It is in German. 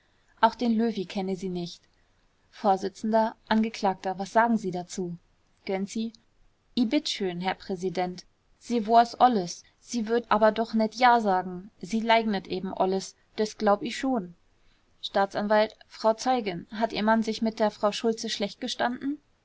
auch den löwy kenne sie nicht vors angeklagter was sagen sie dazu gönczi i bitt schön herr präsident sie woaß olles sie wird aber doch net ja sagen sie leignet eben olles dös glaub i schon staatsanw frau zeugin hat ihr mann sich mit der frau schultze schlecht gestanden